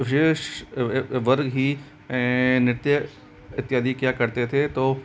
विशेष वर्ग ही नृत्य इत्यादि किया क्या करते थे तो